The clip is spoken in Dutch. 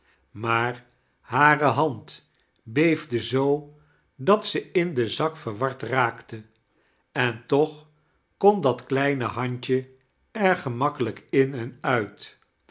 maar hare hand beefde zoo dat zo in den zak vesrward raakte en tooh kon dat kleine handje er gemakkelijk in en uit